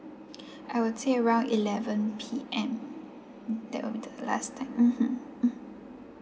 I would say around eleven P_M that would be the last time mmhmm mm